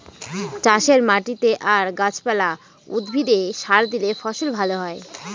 চাষের মাটিতে আর গাছ পালা, উদ্ভিদে সার দিলে ফসল ভালো হয়